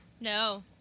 no